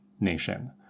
Nation